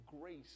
grace